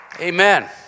Amen